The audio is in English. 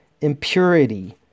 impurity